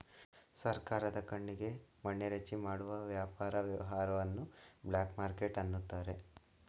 ಸರ್ಕಾರದ ಕಣ್ಣಿಗೆ ಮಣ್ಣೆರಚಿ ಮಾಡುವ ವ್ಯಾಪಾರ ವ್ಯವಹಾರವನ್ನು ಬ್ಲಾಕ್ ಮಾರ್ಕೆಟ್ ಅನ್ನುತಾರೆ